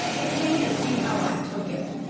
they came to see how i took it.